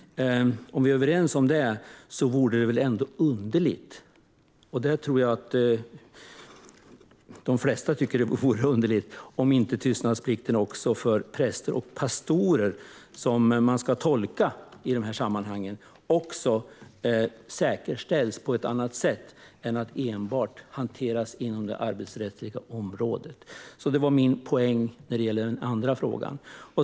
Om vi nu är överens om det vore det väl ändå underligt - och det tror jag att de flesta tycker vore underligt - om inte också tystnadsplikten för de präster och pastorer som man ska tolka i de här sammanhangen skulle säkerställas på ett annat sätt än genom att enbart hanteras inom det arbetsrättsliga området. Det är min poäng när det gäller den andra frågan.